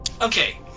Okay